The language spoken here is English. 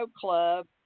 club